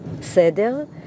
Seder